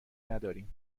نداریم